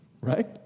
right